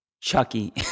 Chucky